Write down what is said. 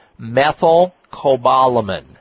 methylcobalamin